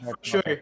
sure